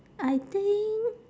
I think